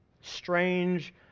Strange